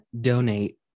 donate